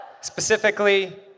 Specifically